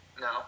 No